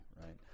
right